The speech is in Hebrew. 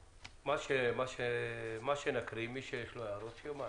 מה שנקרא מי שיש לו הערות, שיאמר.